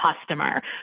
customer